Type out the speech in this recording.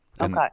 Okay